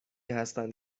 هستند